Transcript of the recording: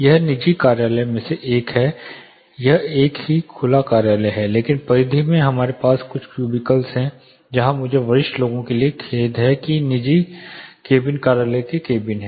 यह निजी कार्यालयों में से एक है यह एक ही खुला कार्यालय है लेकिन परिधि में हमारे पास कुछ क्यूबिकल्स हैं जहां मुझे वरिष्ठ लोगों के लिए खेद है कि निजी केबिन कार्यालय के केबिन हैं